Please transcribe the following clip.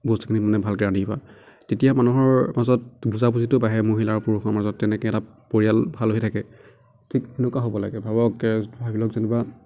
বস্তুখিনি মানে ভালকৈ ৰান্ধিবা তেতিয়া মানুহৰ মাজত বুজা বুজিটো বাঢ়ে মহিলা আৰু পুৰুষৰ মাজত তেনেকৈ এটা পৰিয়াল ভাল হৈ থাকে ঠিক তেনেকুৱা হ'ব লাগে ভাবক ভাবি লওক যেনিবা